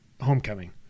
Homecoming